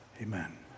amen